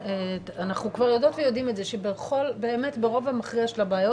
אנחנו כבר יודעות ויודעים את זה שבאמת ברוב המכריע של הבעיות